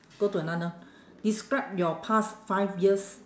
go to another describe your past five years